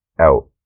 out